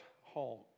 home